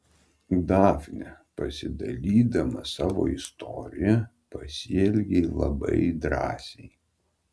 dafne pasidalydama savo istorija pasielgei labai drąsiai